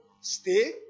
stay